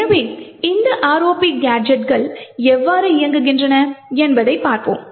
எனவே இந்த ROP கேஜெட்கள் எவ்வாறு இயங்குகின்றன என்பதைப் பார்ப்போம்